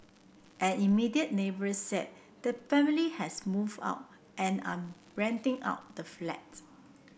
an immediate neighbour said the family has moved out and are renting out the flat